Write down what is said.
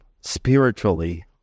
spiritually